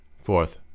Fourth